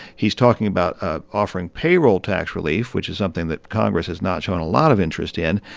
he's talking about ah offering payroll tax relief, which is something that congress has not shown a lot of interest in.